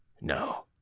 No